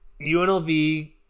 UNLV